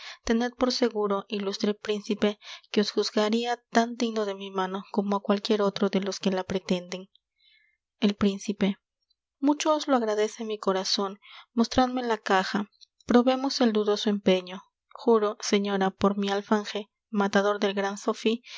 tened por seguro ilustre príncipe que os juzgaria tan digno de mi mano como á cualquier otro de los que la pretenden el príncipe mucho os lo agradece mi corazon mostradme las cajas probemos el dudoso empeño juro señora por mi alfanje matador del gran sofí